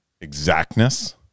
exactness